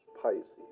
Pisces